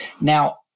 Now